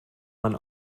man